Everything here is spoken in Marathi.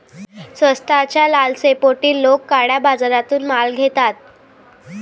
स्वस्ताच्या लालसेपोटी लोक काळ्या बाजारातून माल घेतात